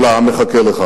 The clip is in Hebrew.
כל העם מחכה לך,